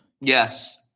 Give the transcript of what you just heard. Yes